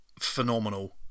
phenomenal